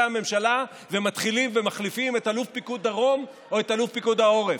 הממשלה ומחליפים את אלוף פיקוד דרום או אלוף פיקוד העורף.